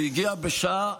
והגיעה לשכונת מגורים בשעה